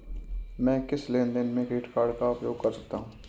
मैं किस लेनदेन में क्रेडिट कार्ड का उपयोग कर सकता हूं?